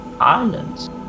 Islands